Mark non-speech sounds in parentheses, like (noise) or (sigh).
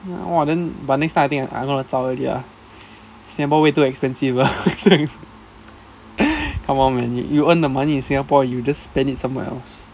!wah! then but next time I think I gonna zao already lah singapore way too expensive ah (laughs) (laughs) come on man you earn the money in singapore you just spend it somewhere else